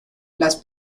las